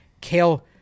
Kale